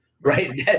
right